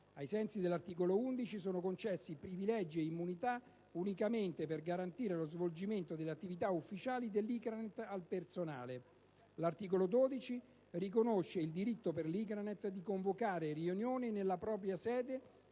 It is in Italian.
Ai sensi dell'articolo 11 sono concessi privilegi e immunità, unicamente per garantire lo svolgimento delle attività ufficiali dell'ICRANET, al personale. L'articolo 12 riconosce il diritto per l'ICRANET di convocare riunioni nella propria sede